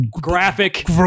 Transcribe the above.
graphic